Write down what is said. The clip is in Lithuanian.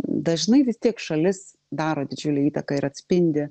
dažnai vis tiek šalis daro didžiulę įtaką ir atspindi